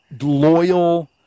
loyal